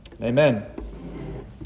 Amen